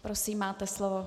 Prosím, máte slovo.